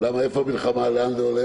אתה רואה כאן מלחמה לאן זה הולך?